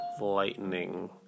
lightning